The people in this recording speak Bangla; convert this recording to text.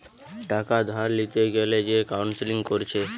টাকা ধার লিতে গ্যালে যে কাউন্সেলিং কোরছে